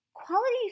Quality